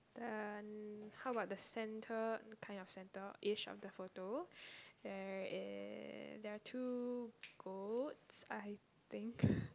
then how about the center kind of centerish of the photo there is there are two goats I think